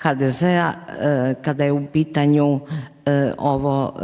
HDZ-a kada je u pitanju ovo